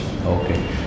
Okay